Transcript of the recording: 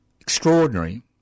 extraordinary